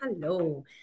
hello